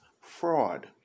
fraud